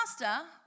Master